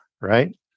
right